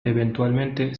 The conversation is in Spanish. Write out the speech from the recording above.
eventualmente